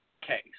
case